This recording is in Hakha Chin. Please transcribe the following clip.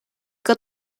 kaa